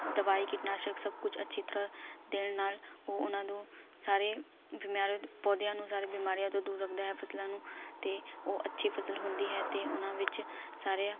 ਦਵਾਈ ਕੀਟਨਾਸ਼ਕ ਸਭ ਕੁਛ ਅੱਛੀ ਤਰ੍ਹਾਂ ਦੇਣ ਨਾਲ ਉਹ ਉਨ੍ਹਾਂ ਨੂੰ ਸਾਰੇ ਬਿਮਾਰੇ ਪੌਦਿਆਂ ਨੂੰ ਸਾਰੀ ਬਿਮਾਰੀਆਂ ਤੋਂ ਦੂਰ ਰੱਖਦਾ ਹੈ ਫਸਲਾਂ ਨੂੰ ਅਤੇ ਉਹ ਅੱਛੀ ਫਸਲ ਹੁੰਦੀ ਹੈ ਅਤੇ ਉਹਨਾਂ ਵਿੱਚ ਸਾਰੇ